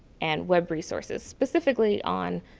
and web resources specifically on,